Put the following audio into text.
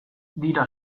dira